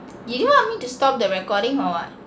do you want me to stop the recording or what